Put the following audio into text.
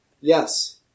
Yes